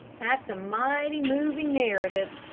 that's a mighty moving narrative,